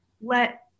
let